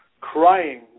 crying